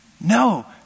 No